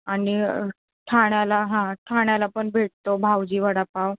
आणि ठाण्याला हां ठाण्याला पण भेटतो भावजी वडापाव